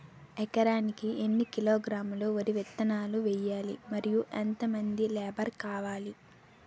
ఎకరానికి ఎన్ని కిలోగ్రాములు వరి విత్తనాలు వేయాలి? మరియు ఎంత మంది లేబర్ కావాలి?